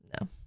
No